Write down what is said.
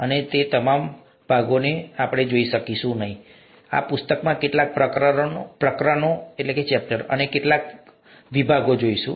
અમે તેના તમામ ભાગોને જોઈશું નહીં અમે આ પુસ્તકમાં કેટલાક પ્રકરણો અને કેટલાક પ્રકરણોના કેટલાક વિભાગો જોઈશું